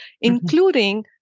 including